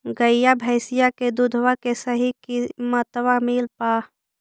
गईया भैसिया के दूधबा के सही किमतबा मिल पा?